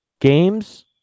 games